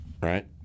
right